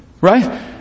Right